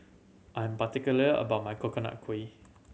I'm particular about my Coconut Kuih